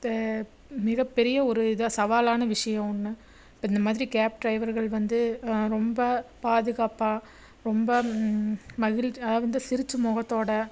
தே மிகப்பெரிய ஒரு இதாக சவாலான விஷயோம் ஒன்று இப்போ இந்த மாதிரி கேப் டிரைவர்கள் வந்து ரொம்ப பாதுகாப்பாக ரொம்ப மகிழ்ச்சி அதாவது வந்து சிரிச்ச முகத்தோடு